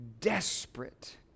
desperate